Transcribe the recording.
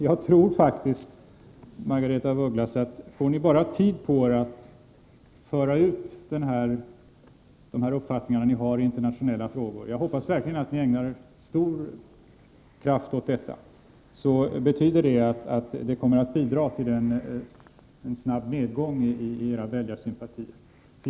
Jag tror faktiskt, Margaretha af Ugglas, att får ni bara tid på er att föra ut de uppfattningar ni har i internationella frågor — jag hoppas verkligen att ni ägnar stor kraft åt detta — kommer det att bidra till en snabb nedgång i era väljarsympatier.